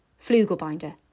Flugelbinder